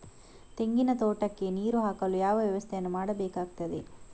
ತೆಂಗಿನ ತೋಟಕ್ಕೆ ನೀರು ಹಾಕಲು ಯಾವ ವ್ಯವಸ್ಥೆಯನ್ನು ಮಾಡಬೇಕಾಗ್ತದೆ?